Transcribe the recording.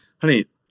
honey